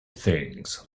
things